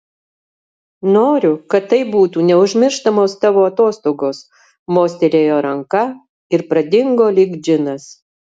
noriu kad tai būtų neužmirštamos tavo atostogos mostelėjo ranka ir pradingo lyg džinas